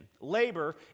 Labor